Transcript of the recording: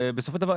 בסופו של דבר,